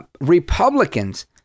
Republicans